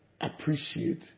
appreciate